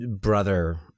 brother